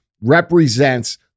represents